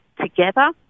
together